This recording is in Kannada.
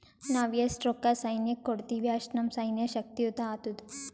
ನಾವ್ ಎಸ್ಟ್ ರೊಕ್ಕಾ ಸೈನ್ಯಕ್ಕ ಕೊಡ್ತೀವಿ, ಅಷ್ಟ ನಮ್ ಸೈನ್ಯ ಶಕ್ತಿಯುತ ಆತ್ತುದ್